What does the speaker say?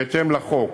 בהתאם לחוק.